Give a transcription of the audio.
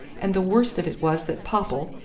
and the worst of it was that popple,